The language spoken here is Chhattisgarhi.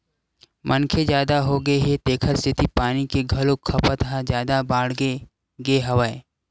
मनखे जादा होगे हे तेखर सेती पानी के घलोक खपत ह जादा बाड़गे गे हवय